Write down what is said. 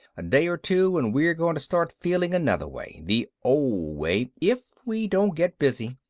a day or two and we're going to start feeling another way, the old way, if we don't get busy.